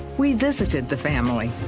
we visited the family.